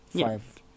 five